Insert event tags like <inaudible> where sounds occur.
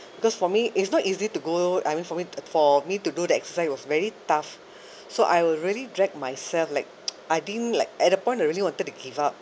because for me it's not easy to go I mean for me t~ for me to do that exercise was very tough <breath> so I will really drag myself like <noise> I didn't like at a point I really wanted to give up